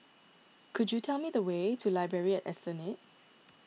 could you tell me the way to Library at Esplanade